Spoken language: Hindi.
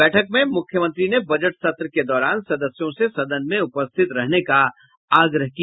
बैठक में मुख्यमंत्री ने बजट सत्र के दौरान सदस्यों से सदन में उपस्थित रहने का आग्रह किया